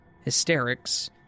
hysterics